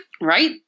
Right